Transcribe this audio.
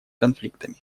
конфликтами